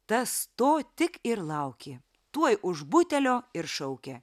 tas to tik ir laukė tuoj už butelio ir šaukia